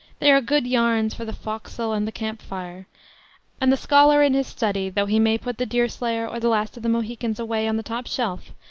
they are good yarns for the forecastle and the camp-fire and the scholar in his study, though he may put the deerslayer or the last of the mohicans away on the top-shelf,